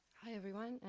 hi everyone.